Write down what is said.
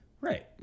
Right